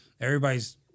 everybody's